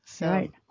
Right